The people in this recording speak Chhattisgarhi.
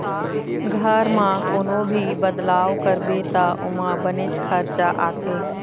घर म कोनो भी बदलाव करबे त ओमा बनेच खरचा आथे